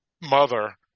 mother